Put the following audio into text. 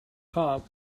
club